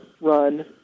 run